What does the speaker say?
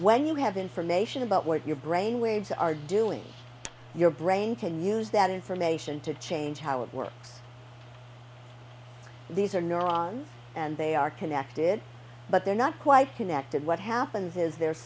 when you have information about what your brain waves are doing your brain can use that information to change how it works these are neurons and they are connected but they're not quite connected what happens is there